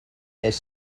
est